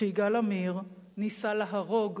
שיגאל עמיר ניסה להרוג